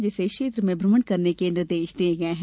जिसे क्षेत्र में भ्रमण करने के निर्देश दिये गये हैं